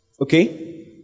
Okay